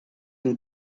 and